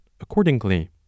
Accordingly